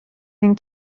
این